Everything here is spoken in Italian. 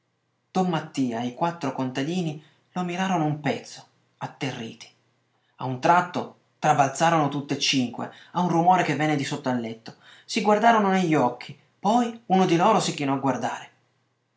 mattia e i quattro contadini lo mirarono un pezzo atterriti a un tratto trabalzarono tutt'e cinque a un rumore che venne di sotto al letto si guardarono negli occhi poi uno di loro si chinò a guardare